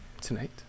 tonight